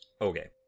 okay